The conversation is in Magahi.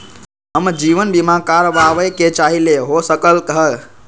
हम जीवन बीमा कारवाबे के चाहईले, हो सकलक ह?